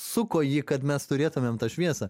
suko jį kad mes turėtumėm tą šviesą